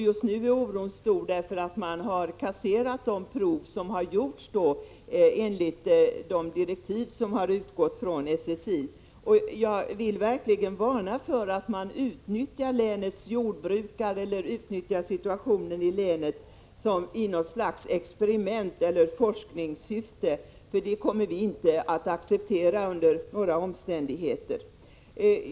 Just nu är oron stor på grund av att man har kasserat de prov som gjorts enligt de direktiv som utgått från SSI. Jag vill verkligen varna för att man utnyttjar situationen i länet i något slags experiment eller i forskningssyfte. Det kommer vi inte att acceptera under några omständigheter.